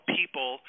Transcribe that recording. people